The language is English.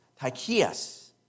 Tychias